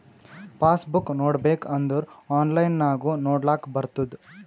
pass book ನೋಡ್ಬೇಕ್ ಅಂದುರ್ online ನಾಗು ನೊಡ್ಲಾಕ್ ಬರ್ತುದ್